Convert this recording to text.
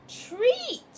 Treat